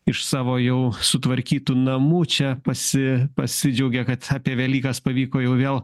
iš savo jau sutvarkytų namų čia pasi pasidžiaugė kad apie velykas pavyko jau vėl